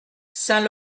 saint